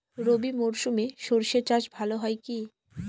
রবি মরশুমে সর্ষে চাস ভালো হয় কি?